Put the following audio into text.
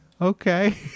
Okay